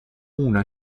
una